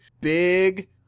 big